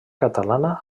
catalana